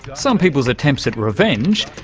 some people's attempts at revenge,